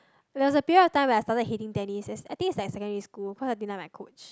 there was a period of time where I started hating tennis s~ I think it's like secondary school because I didn't like my coach